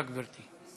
גברתי.